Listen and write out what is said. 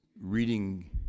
reading